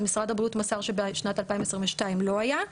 משרד הבריאות מסר שב-2022 לא היה.